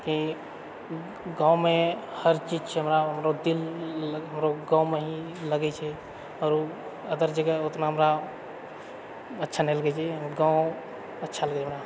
ई गाँवमे हरचीज छै हमरा हमरो दिल हमरो गाँवमे ही लगैछे आओर अदर जगह उतना हमरा अच्छा नहि लगैत छै गाँव अच्छा लगैए हमरा